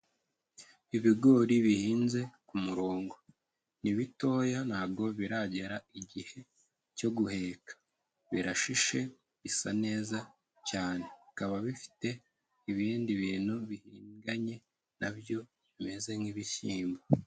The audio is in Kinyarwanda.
Ibigori bihinze ku murongo, ni bitoya ntabwo biragera igihe cyo guheka, birashishe bisa neza cyane, bikaba bifite ibindi bintu bihinganye na byo bimeze nk'ibishyimbo.